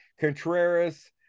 Contreras